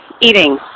eating